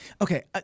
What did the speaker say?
Okay